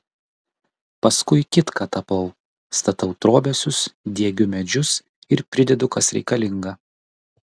paskui kitką tapau statau trobesius diegiu medžius ir pridedu kas reikalinga